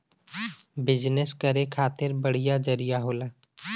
business करे खातिर बढ़िया जरिया होला